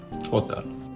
hotel